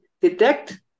detect